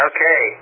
Okay